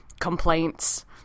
complaints